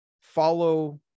follow